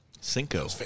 Cinco